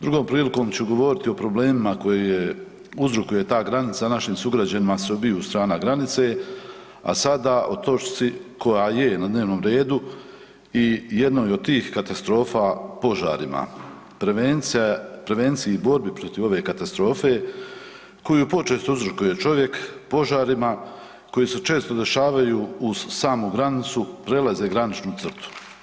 Drugom prilikom ću govoriti o problemima koje uzrokuje ta granica našim sugrađanima s obiju strana granice, a sada o točci koja je na dnevnom redu i jednoj o toj katastrofa, požarima, prevenciji i borbi protiv ove katastrofe koju počesto uzrokuje čovjek, požarima koji se često dešavaju uz samu granicu, prelaze graničnu crtu.